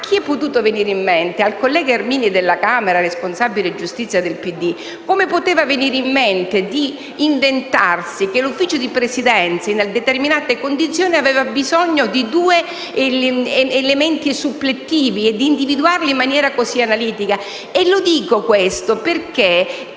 a chi è potuto venire in mente? Al collega Ermini della Camera (responsabile giustizia del PD) come poteva venir in mente di inventarsi che l'ufficio di presidenza, in determinate condizioni, ha bisogno di due elementi suppletivi individuabili in maniera così analitica? Dico questo perché,